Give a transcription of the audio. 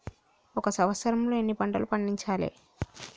ఒక సంవత్సరంలో ఎన్ని పంటలు పండించాలే?